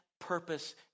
purpose